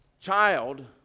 child